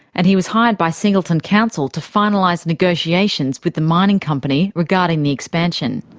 and he was hired by singleton council to finalise negotiations with the mining company regarding the expansion.